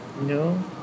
No